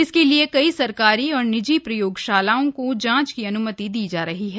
इसके लिए कई सरकारी तथा निजी प्रयोगशालाओं को जांच की अनुमति दी जा रही है